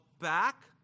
back